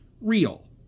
real